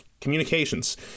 communications